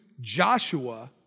Joshua